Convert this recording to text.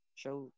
show